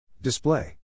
Display